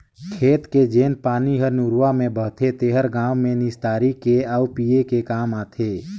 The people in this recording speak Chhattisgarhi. खेत के जेन पानी हर नरूवा में बहथे तेहर गांव में निस्तारी के आउ पिए के काम आथे